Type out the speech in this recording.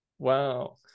wow